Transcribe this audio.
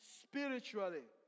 spiritually